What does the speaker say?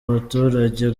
abaturage